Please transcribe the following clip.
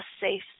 safe